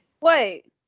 Wait